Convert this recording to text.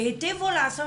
והטיבו לעשות